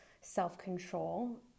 self-control